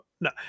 no